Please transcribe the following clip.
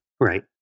Right